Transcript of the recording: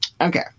Okay